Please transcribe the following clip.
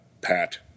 Pat